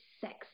sexy